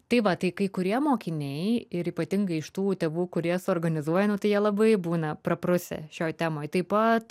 tai va tai kai kurie mokiniai ir ypatingai iš tų tėvų kurie suorganizuoja nu tai jie labai būna praprusę šioj temoj taip pat